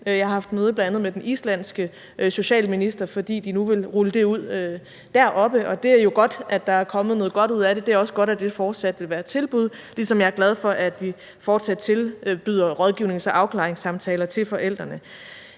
Jeg har haft møde med bl.a. den islandske socialminister, fordi de nu vil rulle det ud deroppe. Det er jo godt, at der er kommet noget godt ud af det, og det er også godt, at det fortsat vil være et tilbud – ligesom jeg er glad for, at vi fortsat tilbyder rådgivnings- og afklaringssamtaler til forældrene.